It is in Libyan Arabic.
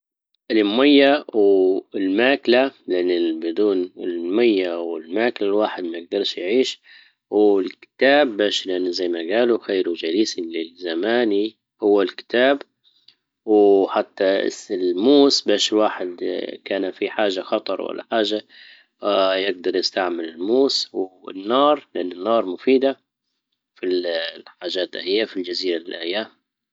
ابى المايه والماكلة، لان بدون المية والماكلة الواحد ما يقدرش يعيش. والكتاب باش لانه زي ما قالوا خير جليس للزمان هو الكتاب. وحتى الموس باش واحد كان في حاجة خطر ولا حاجة يقدر يستعمل الموس. والنار لان النار مفيدة. في الحاجات اهي في الجزيرة اللي هيا.